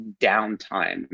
downtime